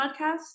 Podcast